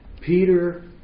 Peter